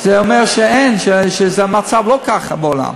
זה אומר שאין, שהמצב לא ככה בעולם.